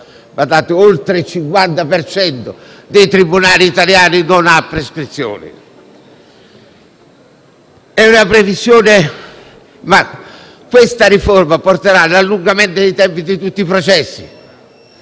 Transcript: per cento dei tribunali italiani non ha prescrizioni. Questa riforma porterà all'allungamento dei tempi di tutti i processi,